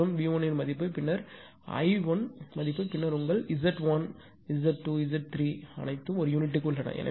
மாற்று V1 மதிப்பு பின்னர் I1 மதிப்பு பின்னர் உங்கள் Z1 Z1 Z2 Z3 அனைத்தும் ஒரு யூனிட்டுக்கு உள்ளன